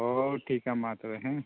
ᱦᱳᱭ ᱴᱷᱤᱠᱟ ᱢᱟ ᱛᱚᱵᱮ ᱦᱮᱸ